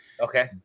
Okay